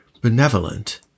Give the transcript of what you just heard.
benevolent